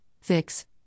fix